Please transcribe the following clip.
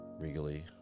regally